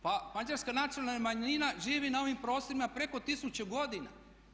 Pa mađarska nacionalna manjina živi na ovim prostorima preko 1000 godina.